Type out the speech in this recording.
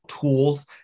tools